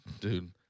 dude